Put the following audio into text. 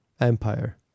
empire